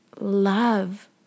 love